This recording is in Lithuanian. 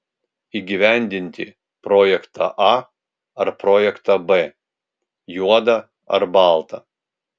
įgyvendinti projektą a ar projektą b juoda ar balta